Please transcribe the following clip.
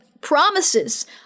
promises